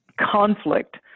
conflict